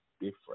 different